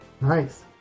Nice